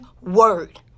word